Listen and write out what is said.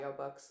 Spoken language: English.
audiobooks